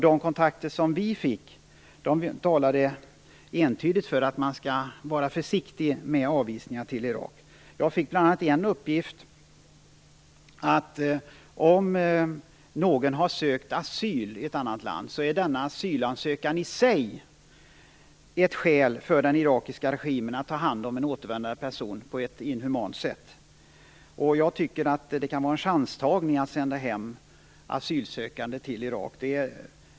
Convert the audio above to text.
De kontakter vi fick talade entydigt för att man skall vara försiktig med avvisningar till Irak. Om någon har sökt asyl i ett land är enligt en uppgift jag fick denna asylansökan i sig ett skäl för den irakiska regimen att ta hand om en återvändande person på ett inhumant sätt. Jag tycker att det kan vara en chanstagning att sända hem asylsökande till Irak.